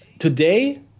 Today